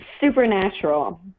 Supernatural